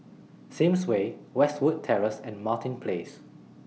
Sims Way Westwood Terrace and Martin Place